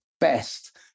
best